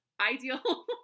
ideal